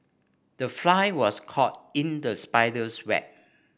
the fly was caught in the spider's web